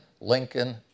Lincoln